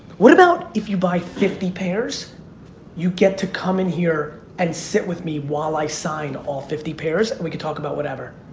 what about if you buy fifty pairs you get to come in here and sit with me while i sign all fifty pairs and we can talk about whatever.